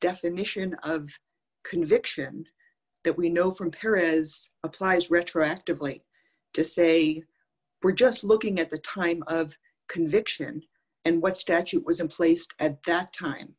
definition of conviction that we know from perez applies retroactively to say we're just looking at the time of conviction and what statute was in place at that time